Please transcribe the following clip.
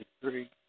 three